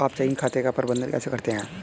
आप चेकिंग खाते का प्रबंधन कैसे करते हैं?